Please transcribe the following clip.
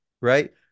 right